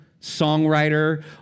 songwriter